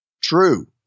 True